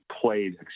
played